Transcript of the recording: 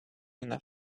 nothing